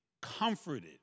comforted